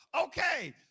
Okay